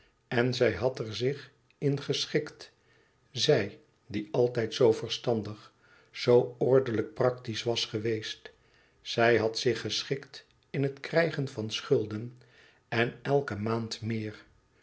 en zij had er zich in geschikt zij die altijd zoo verstandig zoo ordelijk practisch was geweest zij had zich geschikt in het krijgen van schulden en elke maand meer